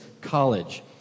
College